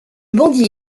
bandit